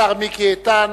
השר מיקי איתן.